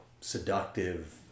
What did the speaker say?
seductive